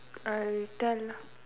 I tell lah